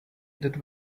that